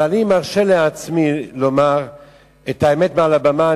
אני מרשה לעצמי לומר את האמת מעל הבמה.